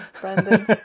brandon